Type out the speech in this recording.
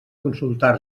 consultar